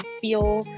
feel